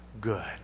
good